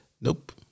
Nope